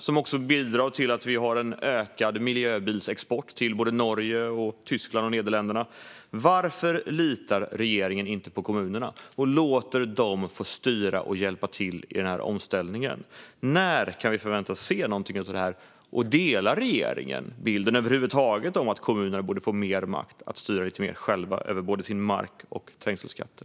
Detta bidrar också till att vi har en ökad miljöbilsexport till Norge, Tyskland och Nederländerna. Varför litar regeringen inte på kommunerna? Varför låter regeringen inte kommunerna få styra och hjälpa till i denna omställning? När kan vi förvänta oss att se någonting av detta? Delar regeringen över huvud taget bilden av att kommunerna borde få lite mer makt att själva styra över både sin mark och sina trängselskatter?